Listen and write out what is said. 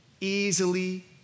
easily